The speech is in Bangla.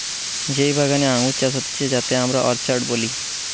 যেই বাগানে আঙ্গুর চাষ হতিছে যাতে আমরা অর্চার্ড বলি